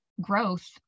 growth